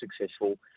successful